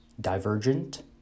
divergent